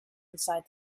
inside